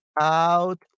out